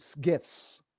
gifts